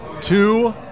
Two